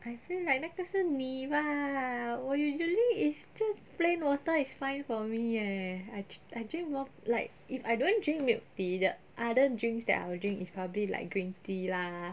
I feel like 那个是你 bah 我 usually is just plain water is fine for me eh I I drink more like if I don't drink milk tea the other drinks that I will drink is probably like green tea lah